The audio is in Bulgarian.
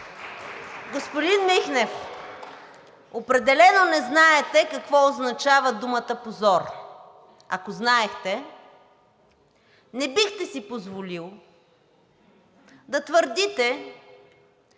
Господин Михнев, определено не знаете какво означава думата позор. Ако знаехте, не бихте си позволил да твърдите,